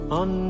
on